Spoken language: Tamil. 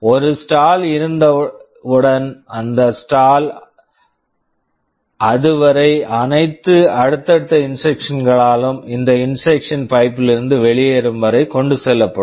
ஒரு ஸ்டால் stall இருந்தவுடன் இந்த ஸ்டால் stall அதுவரை அனைத்து அடுத்தடுத்த இன்ஸ்ட்ரக்க்ஷன்ஸ் instructions களாலும் இந்த இன்ஸ்ட்ரக்க்ஷன் instruction பைப் pipe -ல் இருந்து வெளியேறும் வரை கொண்டு செல்லப்படும்